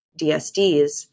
DSDs